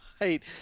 Right